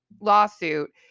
lawsuit